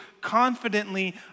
confidently